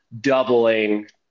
doubling